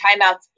timeouts